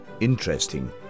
Interesting